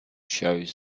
shows